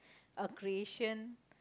a creation